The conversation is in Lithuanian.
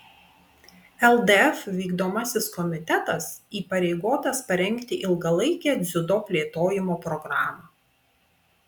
ldf vykdomasis komitetas įpareigotas parengti ilgalaikę dziudo plėtojimo programą